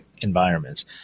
environments